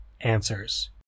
answers